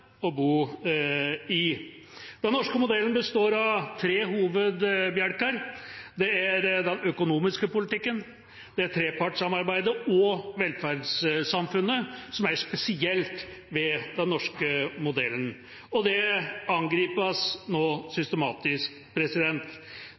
å bo i. Den norske modellen består av tre hovedbjelker. Det er den økonomiske politikken, trepartssamarbeidet og velferdssamfunnet som er det spesielle ved den norske modellen. Det angripes nå